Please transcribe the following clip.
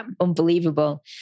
Unbelievable